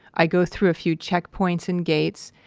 i go through a few checkpoints and gates,